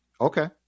Okay